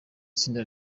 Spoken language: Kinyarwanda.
tsinda